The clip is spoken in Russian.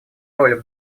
роль